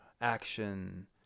action